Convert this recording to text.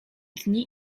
dni